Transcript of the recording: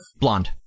Blonde